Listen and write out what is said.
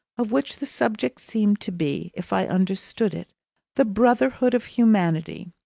of which the subject seemed to be if i understood it the brotherhood of humanity,